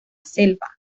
selva